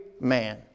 man